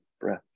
breath